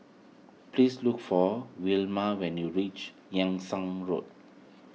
please look for Wilma when you reach Yung Sheng Road